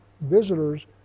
visitors